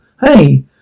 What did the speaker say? Hey